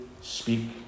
speak